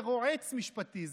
זה רועץ משפטי.